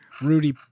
Rudy